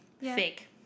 fake